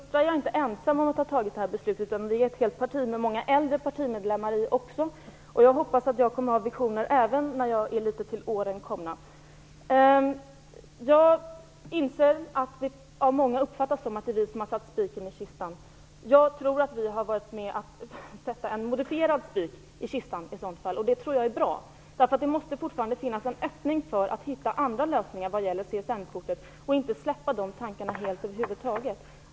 Fru talman! För det första är jag inte ensam om att ha fattat det här beslutet. Vi är ett helt parti med många äldre partimedlemmar också. Jag hoppas att jag kommer att ha visioner även när jag är litet till åren kommen. Jag inser att många uppfattar det så att det är vi som har slagit spiken i kistan. Jag tror att vi har varit med och slagit en modifierad spik i kistan i så fall, och det tror jag är bra. Det måste fortfarande finnas en öppning för att hitta andra lösningar vad gäller CSN-kortet. Vi får inte släppa de tankarna helt.